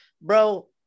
bro